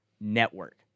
network